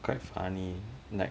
quite funny like